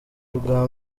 ubwa